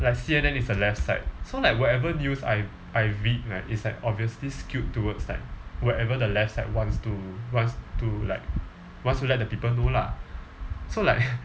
like C_N_N is the left side so like whatever news I I read right it's like obviously skewed towards like whatever the left side wants to wants to like wants to let the people know lah so like